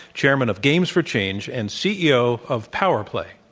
chairman of games for change and ceo of powerplay.